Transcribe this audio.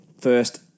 first